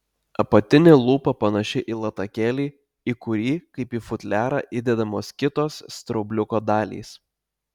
apatinė lūpa panaši į latakėlį į kurį kaip į futliarą įdedamos kitos straubliuko dalys